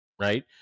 right